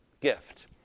gift